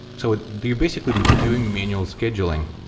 so ah you're basically doing manual scheduling,